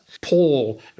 Paul